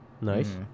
Nice